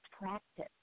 practice